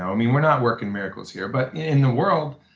i mean, we're not working miracles here, but in the world,